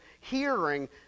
hearing